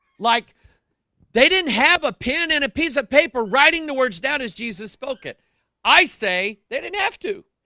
like they didn't have a pen and a piece of paper writing the words down as jesus spoke it i say they didn't have to